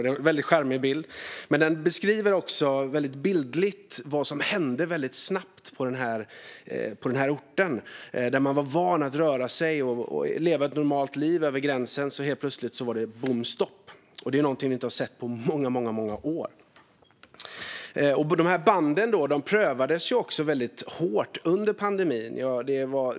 Det är en charmig bild, men den beskriver också vad som väldigt snabbt hände på den här orten, där man var van att röra sig och leva ett normalt liv över gränsen. Helt plötsligt var det bom stopp. Det är någonting vi inte har sett på många, många år. Banden prövades hårt under pandemin.